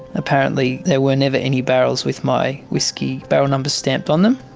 apparently there were never any barrels with my whiskey barrel number stamped on them,